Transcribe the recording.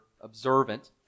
observant